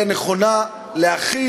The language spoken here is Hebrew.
אולי הדרך הנכונה להכיל,